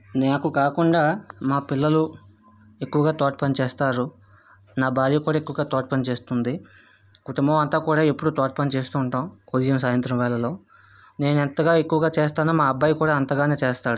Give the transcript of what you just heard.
నాకు కాకుండా మా పిల్లలు ఎక్కువగా తోట పని చేస్తారు నా భార్య కూడా ఎక్కువగా తోట పని చేస్తుంది కుటుంబం అంతా కూడా ఎప్పుడు తోట పని చేస్తూ ఉంటాం ఉదయం సాయంత్రం వేళలో నేను ఎంతగా ఎక్కువగా చేస్తానో మా అబ్బాయి కూడా అంతగానే చేస్తాడు